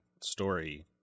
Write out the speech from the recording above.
story